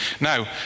Now